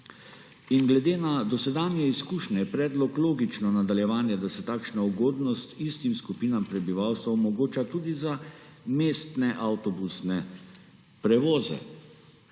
In glede na dosedanje izkušnje je predlog logično nadaljevanje, da se takšna ugodnost istim skupinam prebivalstva omogoča tudi za mestne avtobusne prevoze.